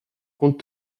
compte